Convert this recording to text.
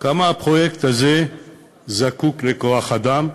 כמה הפרויקט הזה זקוק לכוח-אדם,